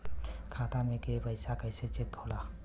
खाता में के पैसा कैसे चेक होला?